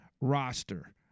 roster